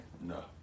No